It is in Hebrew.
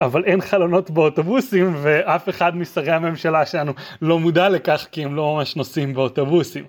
אבל אין חלונות באוטובוסים ואף אחד משרי הממשלה שלנו לא מודע לכך כי הם לא ממש נוסעים באוטובוסים.